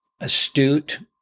astute